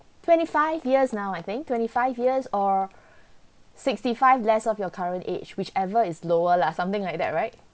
twenty five years now I think twenty five years or sixty five less of your current age whichever is lower lah something like that right